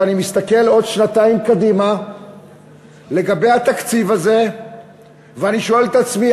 ואני מסתכל עוד שנתיים קדימה לגבי התקציב הזה ואני שואל את עצמי,